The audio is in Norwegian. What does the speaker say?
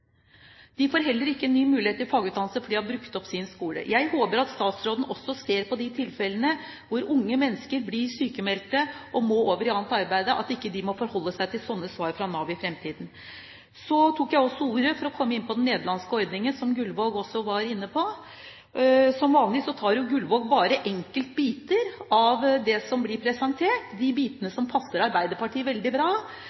De får heller ikke en ny mulighet til fagutdannelse, for de har brukt opp sin skolemulighet. Jeg håper at statsråden også ser på de tilfellene hvor unge mennesker blir sykmeldt og må over i annet arbeid, at de ikke må forholde seg til sånne svar fra Nav i fremtiden. Så tok jeg ordet for å komme inn på den nederlandske ordningen, som Gullvåg også var inne på. Som vanlig tar Gullvåg bare ut enkeltbiter av det som blir presentert – de bitene